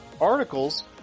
articles